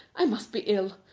i must be ill.